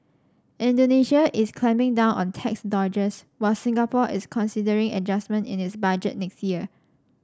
Indonesia is clamping down on tax dodgers while Singapore is considering adjustment in its budget next year